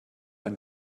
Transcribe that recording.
ein